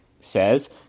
says